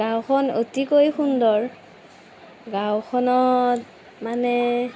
গাঁওখন অতিকৈ সুন্দৰ গাঁওখনত মানে